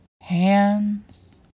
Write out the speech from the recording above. hands